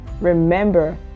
remember